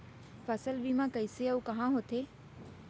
फसल बीमा कइसे अऊ कहाँ होथे?